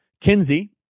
Kinsey